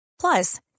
Plus